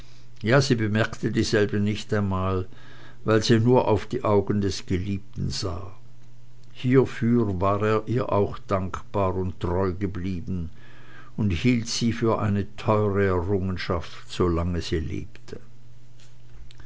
ja sie bemerkte dieselben nicht einmal weil sie nur auf die augen des geliebten sah hiefür war er ihr auch dankbar und treu geblieben und hielt sie für eine teure errungenschaft solang sie lebte